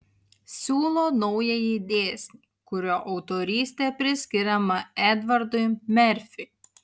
siūlo naująjį dėsnį kurio autorystė priskiriama edvardui merfiui